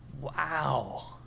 Wow